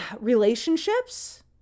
relationships